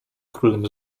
królem